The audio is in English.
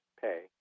pay